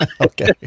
Okay